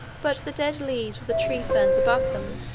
but the dead leaves of the tree-ferns above them,